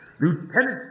Lieutenant